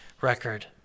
record